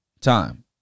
time